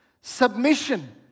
submission